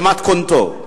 במתכונתו,